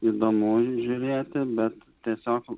įdomu žiūrėti bet tiesiog